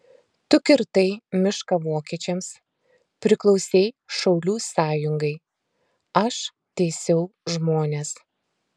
tu kirtai mišką vokiečiams priklausei šaulių sąjungai aš teisiau žmones